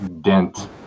dent